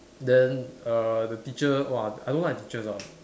then err the teacher !wah! I don't like the teachers ah